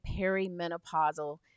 perimenopausal